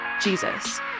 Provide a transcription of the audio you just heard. Jesus